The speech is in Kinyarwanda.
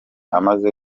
amaze